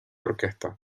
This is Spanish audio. orquesta